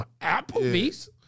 Applebee's